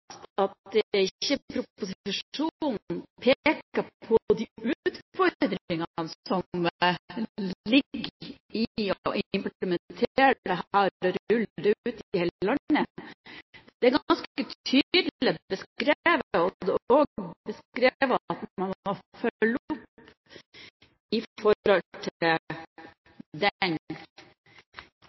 slik at proposisjonen ikke peker på de utfordringene som ligger i å implementere dette og rulle det ut i hele landet. Det er ganske tydelig beskrevet, og det er også beskrevet at man må